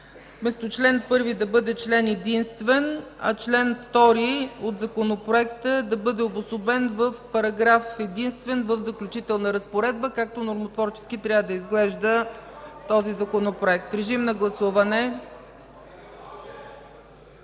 са чл. 1 да бъде член единствен, а чл. 2 от законопроекта да бъде обособен в параграф единствен в Заключителна разпоредба, както нормотворчески трябва да изглежда този законопроект. Гласували